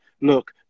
look